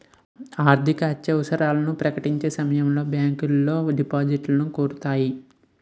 ఆర్థికత్యవసరాలు ప్రకటించే సమయంలో బ్యాంకులో డిపాజిట్లను కోరుతాయి